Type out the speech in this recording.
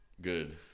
Good